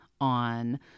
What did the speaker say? on